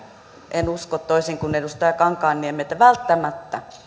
en usko toisin kuin edustaja kankaanniemi että välttämättä